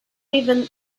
even